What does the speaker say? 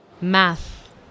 Math